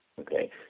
okay